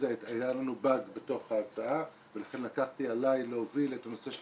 זה היה לנו באג בתוך ההצעה ולכן לקחתי עליי להוביל את הנושא של